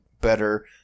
better